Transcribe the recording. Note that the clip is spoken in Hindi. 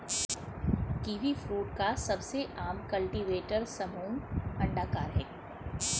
कीवीफ्रूट का सबसे आम कल्टीवेटर समूह अंडाकार है